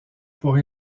pour